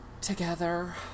together